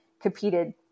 competed